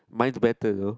mine's better though